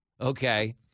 Okay